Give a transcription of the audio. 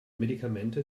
medikamente